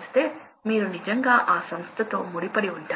energy స్థిరంగా ఉంటుంది